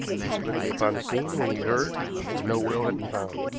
he was quickly upon the scene when he heard that no will had been found.